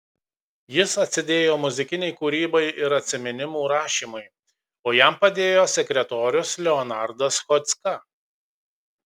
jis atsidėjo muzikinei kūrybai ir atsiminimų rašymui o jam padėjo sekretorius leonardas chodzka